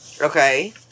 Okay